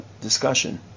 discussion